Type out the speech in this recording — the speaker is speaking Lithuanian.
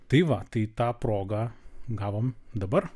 tai va tai tą progą gavom dabar